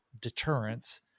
deterrence